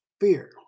Fear